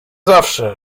zawsze